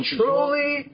truly